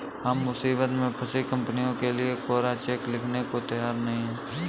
हम मुसीबत में फंसी कंपनियों के लिए कोरा चेक लिखने को तैयार नहीं हैं